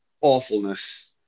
awfulness